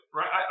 right